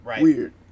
weird